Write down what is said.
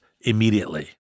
immediately